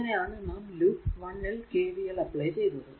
ഇങ്ങനെ ആണ് നാം ലൂപ്പ് 1 ൽ KVL അപ്ലൈ ചെയ്തത്